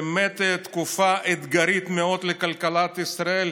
באמת תקופה אתגרית מאוד לכלכלת ישראל,